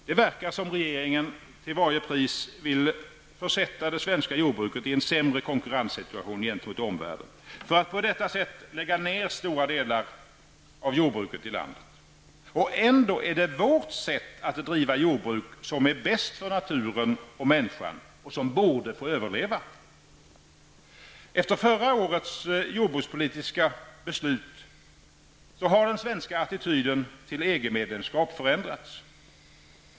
Det verkar som om regeringen till varje pris vill försätta det svenska jordbruket i en sämre konkurrenssituation gentemot omvärlden genom att på detta sätt lägga ned stora delar av jordbruket i landet. Ändå är det vårt sätt att driva jordbruk som är bäst för naturen och människan och som borde få överleva. Efter förra årets jordbrukspolitiska beslut har den svenska attityden till EG-medlemskap förändrats.